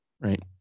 Right